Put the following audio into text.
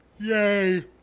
Yay